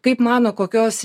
kaip mano kokios